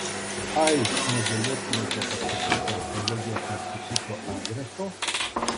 ai negalėtumėte pasakyti archeologijos instituto adreso